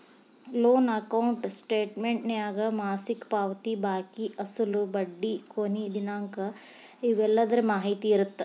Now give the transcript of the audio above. loan account ಸ್ಟೇಟಮೆಂಟ್ನ್ಯಾಗ ಮಾಸಿಕ ಪಾವತಿ ಬಾಕಿ ಅಸಲು ಬಡ್ಡಿ ಕೊನಿ ದಿನಾಂಕ ಇವೆಲ್ಲದರ ಮಾಹಿತಿ ಇರತ್ತ